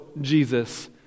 Jesus